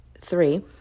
three